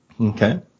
Okay